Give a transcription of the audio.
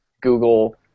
Google